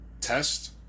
test